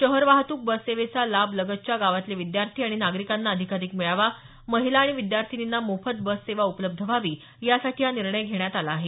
शहर वाहतुक बससेवेचा लाभ लगतच्या गावातले विद्यार्थी आणि नागरिकांना अधिकाधिक मिळावा महिला आणि विद्यार्थिनींना मोफत बससेवा उपलब्ध व्हावी यासाठी हा निर्णय घेण्यात आला आहे